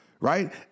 right